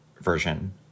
version